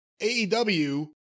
AEW